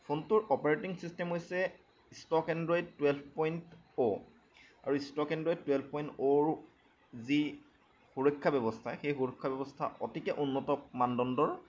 ফোনটোৰ operating system হৈছে stock Android twelve point O আৰু ষ্টক এণ্ড্ৰয়ড টুৱেলভ পইণ্ট অ'ৰ যি সুৰক্ষা ব্য়ৱস্থা সেই সুৰক্ষা ব্য়ৱস্থা অতিকে উন্নত মানদণ্ডৰ